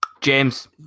James